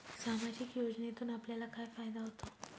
सामाजिक योजनेतून आपल्याला काय फायदा होतो?